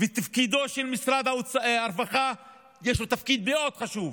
למשרד הרווחה יש תפקיד מאוד חשוב,